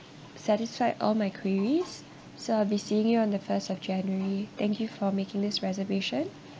satisfied all my queries so I'll be seeing you on the first of january thank you for making this reservation